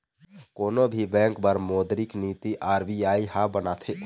कोनो भी बेंक बर मोद्रिक नीति आर.बी.आई ह बनाथे